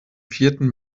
vierten